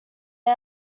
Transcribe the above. are